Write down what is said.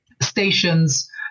stations